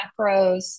macros